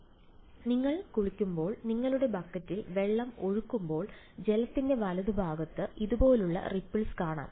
ripples നിങ്ങൾ കുളിക്കുമ്പോൾ നിങ്ങളുടെ ബക്കറ്റിൽ വെള്ളം ഒഴിക്കുമ്പോൾ ജലത്തിന്റെ വലതുഭാഗത്ത് ഇതുപോലെയുള്ള റിപ്പിൾസ് കാണാം